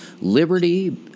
Liberty